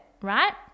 right